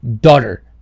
Daughter